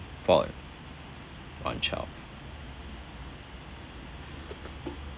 four one child